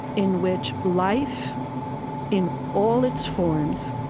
in which life in all its forms